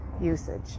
usage